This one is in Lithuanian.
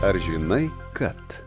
ar žinai kad